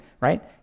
right